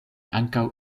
ankaŭ